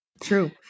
True